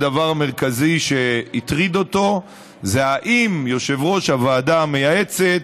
הדבר המרכזי שהטריד אותו זה אם יושב-ראש הוועדה המייעצת,